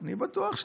אני בטוח שתספיקו.